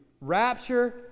rapture